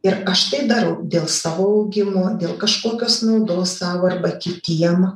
ir aš tai darau dėl savo augimo dėl kažkokios naudos sau arba kitiem